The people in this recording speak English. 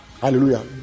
Hallelujah